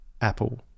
Apple